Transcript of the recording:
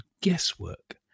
guesswork